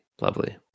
lovely